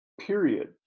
period